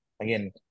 again